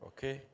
Okay